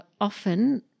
often